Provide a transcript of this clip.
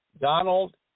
donald